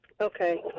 Okay